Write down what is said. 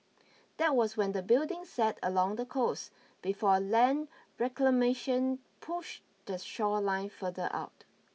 that was when the building sat along the coast before land reclamation push the shoreline further out